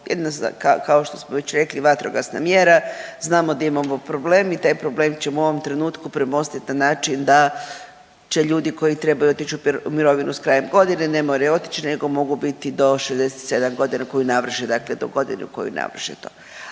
jedno od kao što smo već rekli vatrogasna mjera, znamo da imamo problem i taj problem ćemo u ovom trenutku premostit na način da će ljudi koji trebaju otić u mirovinu s krajem godine ne moraju otići nego mogu biti do 67 godina koju navrše dakle do godine u kojoj navrše to.